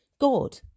God